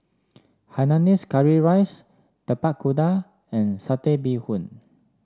Hainanese Curry Rice Tapak Kuda and Satay Bee Hoon